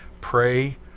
pray